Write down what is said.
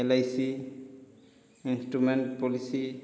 L I C insurance policy